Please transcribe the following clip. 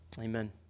Amen